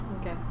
Okay